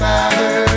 Father